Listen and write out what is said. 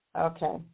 Okay